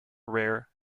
rare